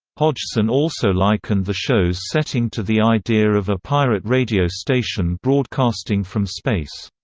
hodgson also likened the show's setting to the idea of a pirate radio station broadcasting from space.